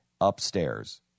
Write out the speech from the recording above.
upstairs